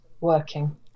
working